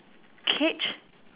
cage